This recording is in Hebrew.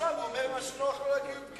עכשיו הוא אומר מה שנוח לו להגיד.